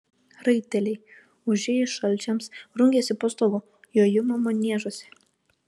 raiteliai užėjus šalčiams rungiasi po stogu jojimo maniežuose